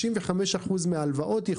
65% מההלוואות,